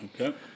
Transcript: Okay